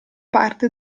parte